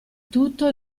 tutto